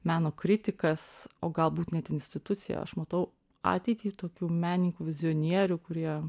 meno kritikas o galbūt net institucija aš matau ateitį tokių menininkų vizionierių kurie